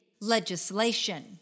legislation